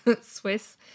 Swiss